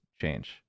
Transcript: change